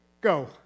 Go